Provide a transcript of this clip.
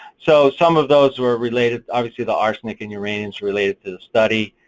so some of those were related, obviously, the arsenic and uranium is related to the study.